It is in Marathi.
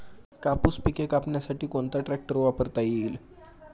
कापूस पिके कापण्यासाठी कोणता ट्रॅक्टर वापरता येईल?